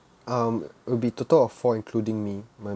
um it will be total of four including me my